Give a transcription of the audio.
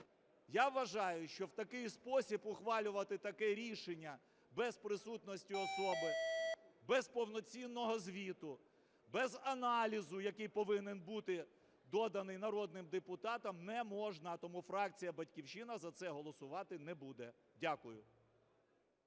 Я вважаю, що в такий спосіб ухвалювати таке рішення, без присутності особи, без повноцінного звіту, без аналізу, який повинен бути доданий народним депутатам, не можна. Тому фракція "Батьківщина" за це голосувати не буде. Дякую.